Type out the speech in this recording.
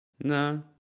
No